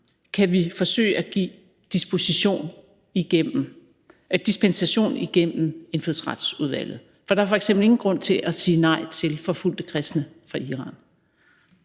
kan vi forsøge at give dispensation igennem Indfødsretsudvalget, for der er f.eks. ingen grund til at sige nej til forfulgte kristne fra Iran.